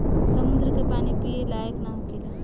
समुंद्र के पानी पिए लायक ना होखेला